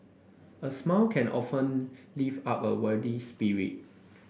a smile can often lift up a weary spirit